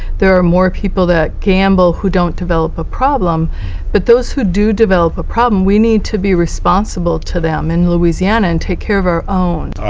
there are more people that gamble who don't develop a problem but those who do develop a problem, we need to be responsible to them in louisiana and take care of our own.